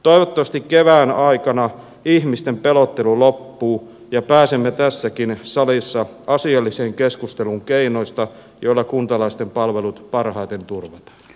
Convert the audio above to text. toivottavasti kevään aikana ihmisten pelottelu loppuu ja pääsemme tässäkin salissa asialliseen keskusteluun keinoista joilla kuntalaisten palvelut parhaiten turvataan